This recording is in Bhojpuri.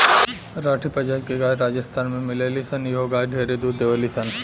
राठी प्रजाति के गाय राजस्थान में मिलेली सन इहो गाय ढेरे दूध देवेली सन